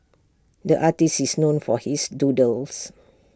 the artist is known for his doodles